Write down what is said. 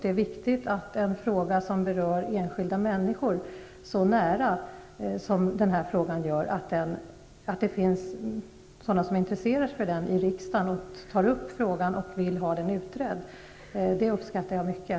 Det är viktigt att ledamöter i riksdagen intresserar sig för en fråga som denna, som berör enskilda människor så nära, att man tar upp frågan och begär att den skall utredas. Det uppskattar jag mycket.